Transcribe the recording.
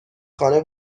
خانه